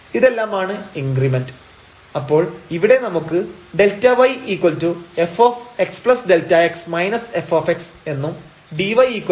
ഇതെല്ലാമാണ് ഇൻഗ്രിമെന്റ് അപ്പോൾ ഇവിടെ നമുക്ക് ΔyfxΔx f എന്നും dyfdx